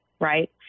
right